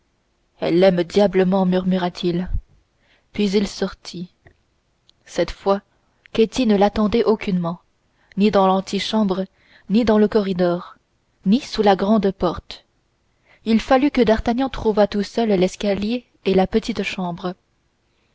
elle l'aime diablement murmura-t-il puis il sortit cette fois ketty ne l'attendait aucunement ni dans l'antichambre ni dans le corridor ni sous la grande porte il fallut que d'artagnan trouvât tout seul l'escalier et la petite chambre